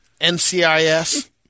NCIS